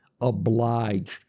obliged